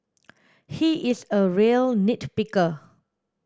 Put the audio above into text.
he is a real nit picker